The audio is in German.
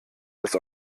das